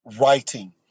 writing